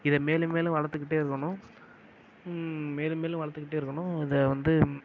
இதை மேலும் மேலும் வளர்த்துகிட்டே இருக்கணும் மேலும் மேலும் வளர்த்துக்கிட்டே இருக்கணும் இதை வந்து